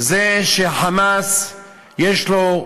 זה ש"חמאס" יש לו,